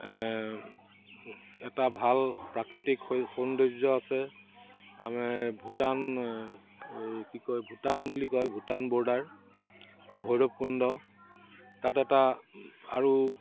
এটা ভাল প্ৰাকৃতিক সো সৌন্দৰ্য আছে আমাৰ ভূটান এই কি কয় ভূটান বুলি কয় ভূটান বৰ্ডাৰ ভৈৰৱকুণ্ড তাত এটা আৰু